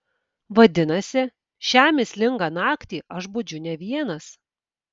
vadinasi šią mįslingą naktį aš budžiu ne vienas